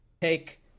take